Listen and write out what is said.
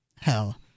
Hell